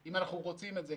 אם אנחנו רוצים את זה,